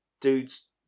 dudes